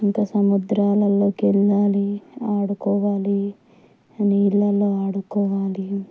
ఇంకా సముద్రాల్లోకి వెళ్ళాలి ఆడుకోవాలి ఆ నీళ్ళల్లో ఆడుకోవాలి